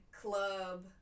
club